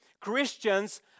Christians